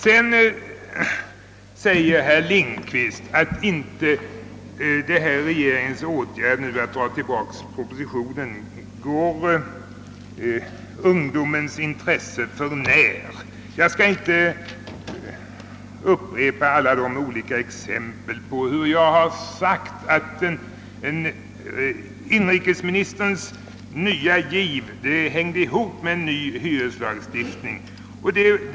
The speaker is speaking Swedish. Herr Lindkvist säger, att regeringens åtgärd att dra tillbaka propositionen inte medför att ungdomens intressen trädes för nära. Jag har vid upprepade tillfällen sagt, att inrikesministerns nya giv hängde samman med en ny hyreslagstiftning.